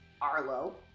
Arlo